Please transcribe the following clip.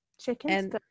Chicken